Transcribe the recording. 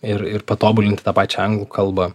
ir ir patobulinti tą pačią anglų kalbą